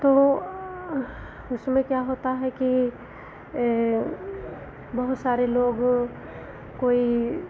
तो उसमें क्या होता है कि बहुत सारे लोग कोई